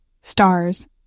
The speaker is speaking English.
stars